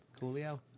Coolio